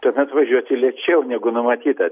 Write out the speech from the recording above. tuomet važiuoti lėčiau negu numatyta